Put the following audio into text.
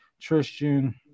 Tristan